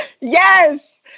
Yes